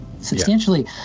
substantially